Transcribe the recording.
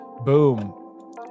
Boom